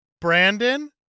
Brandon